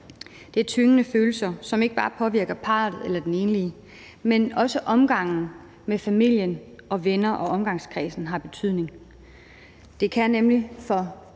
Det er tyngende følelser, som ikke bare påvirker parret eller den enlige, det har også betydning i forhold til omgangen med familien og vennerne, omgangskredsen. Det kan nemlig for